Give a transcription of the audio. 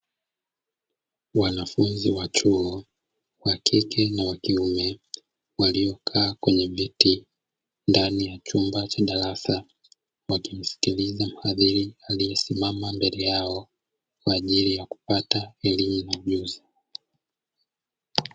Wanafunzi wa chuo wa kike na wakiume waliokaa kwenye viti ndani ya chumba cha darasa, wakimsikiliza mwalimu aliyesimama mbele yao kwa ajilii ya kupata elimu na ujuzi.